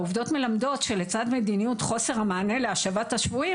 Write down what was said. העובדות מלמדות שלצד מדיניות חוסר המענה להשבת השבויים,